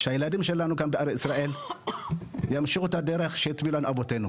שהילדים שלנו ימשיכו את הדרך שהתוו לנו אבותינו.